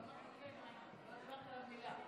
וחברים, חברות וחברי הכנסת,